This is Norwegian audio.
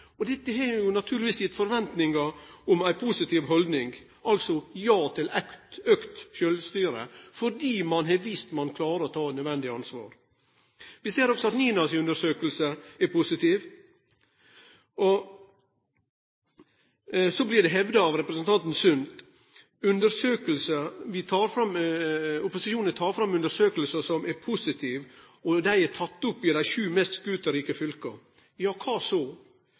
og dette har naturlegvis gitt forventningar om ei positiv haldning, altså ja til auka sjølvstyre, fordi ein har vist at ein klarer å ta det nødvendige ansvar. Vi ser også at NINA si undersøking er positiv. Så blir det hevda av representanten Sund at opposisjonen tek fram undersøkingar som er positive, og dei er tekne opp i dei sju mest scooterrike fylka. Ja, kva så?